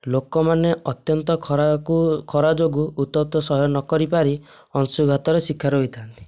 ଲୋକମାନେ ଅତ୍ୟନ୍ତ ଖରାକୁ ଖରା ଯୋଗୁଁ ଉତ୍ତପ୍ତ ସହ୍ୟ ନ କରିପାରି ଅଂଶୁଘାତର ଶିକାର ହୋଇଥାନ୍ତି